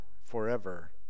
forever